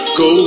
go